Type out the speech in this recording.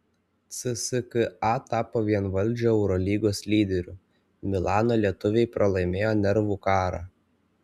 cska tapo vienvaldžiu eurolygos lyderiu milano lietuviai pralaimėjo nervų karą